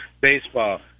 baseball